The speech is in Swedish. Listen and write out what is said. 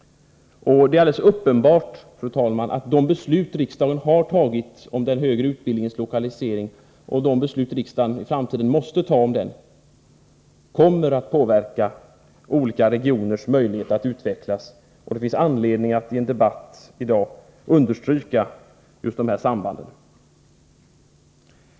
Det är alldeles uppenbart att de beslut riksdagen har fattat om den högre utbildningens lokalisering och de beslut riksdagen i framtiden måste fatta om denna kommer att påverka olika regioners möjlighet att utvecklas. Det finns anledning att i dagens debatt understryka just dessa samband.